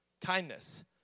kindness